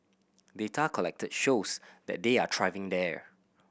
data collected shows that they are thriving there